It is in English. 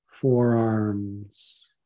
forearms